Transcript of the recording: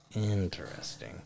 Interesting